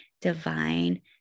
divine